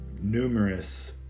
numerous